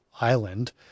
island